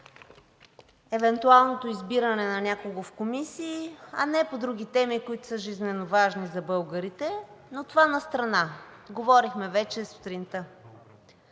евентуалното избиране на някого в комисии, а не по други теми, които са жизненоважни за българите, но това настрана, говорихме вече сутринта.